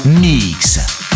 mix